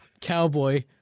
cowboy